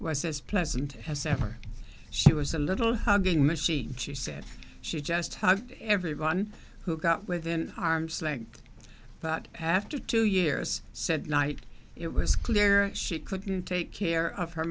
was as pleasant as ever she was a little hugging machine she said she just have everyone who got within arm's length but after two years said night it was clear she couldn't take care of her